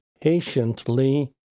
patiently